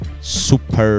super